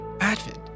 Advent